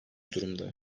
durumda